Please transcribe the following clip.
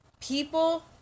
people